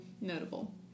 Notable